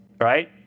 right